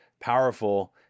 powerful